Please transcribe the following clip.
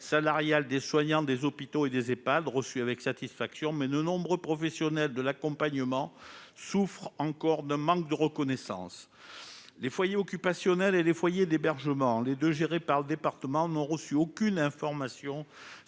âgées dépendantes (Ehpad) ; elle a été reçue avec satisfaction, mais de nombreux professionnels de l'accompagnement souffrent encore d'un manque de reconnaissance. Les foyers occupationnels et les foyers d'hébergement, qui sont gérés par les départements, n'ont reçu aucune information